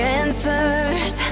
answers